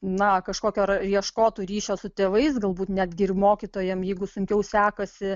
na kažkokio ar ieškotų ryšio su tėvais galbūt netgi ir mokytojam jeigu sunkiau sekasi